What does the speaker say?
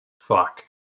fuck